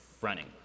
running